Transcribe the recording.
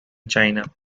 china